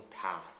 path